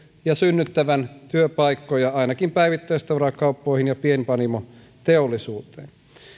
ja synnyttävän työpaikkoja ainakin päivittäistavarakauppoihin ja pienpanimoteollisuuteen